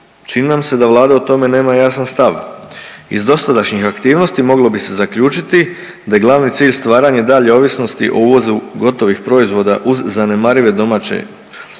čini nam se da Vlada o tome nema jasan stav. Iz dosadašnjih aktivnosti moglo bi se zaključiti da je glavni cilj stvaranje dalje ovisnosti o uvozu gotovih proizvoda uz zanemariva domaće, uz